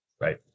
right